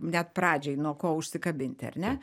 net pradžiai nuo ko užsikabinti ar ne